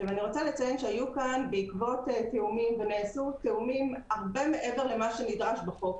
אני רוצה לציין שהיו תיאומים הרבה מעבר למה שנדרש בחוק.